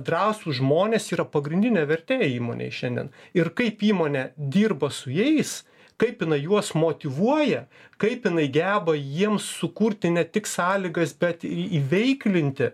drąsūs žmonės yra pagrindinė vertė įmonei šiandien ir kaip įmonė dirba su jais kaip jinai juos motyvuoja kaip jinai geba jiems sukurti ne tik sąlygas bet į įveiklinti